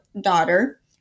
daughter